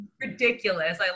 Ridiculous